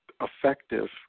effective